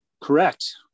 correct